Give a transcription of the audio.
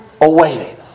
awaited